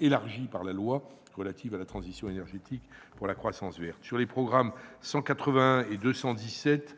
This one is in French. élargies par la loi du 17 août 2015 relative à la transition énergétique pour la croissance verte. Sur les programmes 181 et 217,